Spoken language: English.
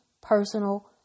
personal